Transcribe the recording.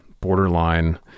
borderline